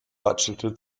watschelte